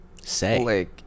say